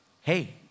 Hey